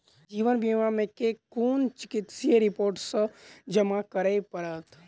जीवन बीमा मे केँ कुन चिकित्सीय रिपोर्टस जमा करै पड़त?